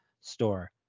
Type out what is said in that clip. store